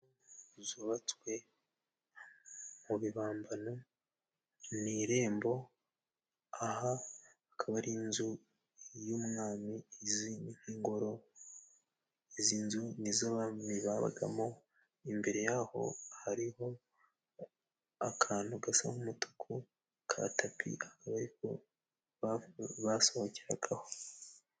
Inzu zubatswe mu bibambano ,ni irembo, aha akaba ari inzu y'umwami izwi nk'ingoro, izi nzu ni zo abami babagamo, imbere yaho hari ho akantu gasa nk'umutuku, ka tapi akaba ariho ba basohokeragaho.